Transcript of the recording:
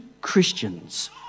Christians